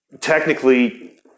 technically